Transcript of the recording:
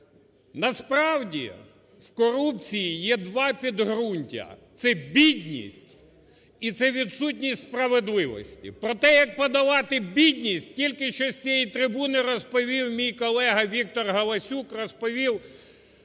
Насправді, в корупції є два підґрунтя – це бідність і це відсутність справедливості. Про те, як подолати бідність, тільки що з цієї трибуни розповів мій колега ВікторГаласюк, розповів